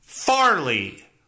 Farley